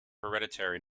hereditary